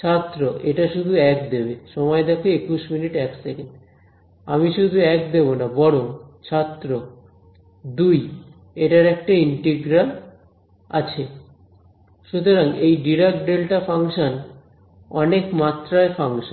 ছাত্র এটা শুধু এক দেবে আমি শুধু এক দেব না বরং ছাত্র দুই এটার একটা ইন্টিগ্রাল আছে সুতরাং এই ডিরাক ডেল্টা ফাংশন অনেক মাত্রায় ফাংশন